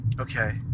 Okay